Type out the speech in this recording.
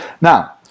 Now